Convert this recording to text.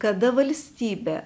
kada valstybė